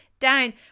Down